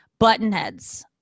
Buttonheads